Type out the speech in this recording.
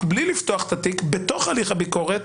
בלי לפתוח את התיק בתוך הליך הביקורת,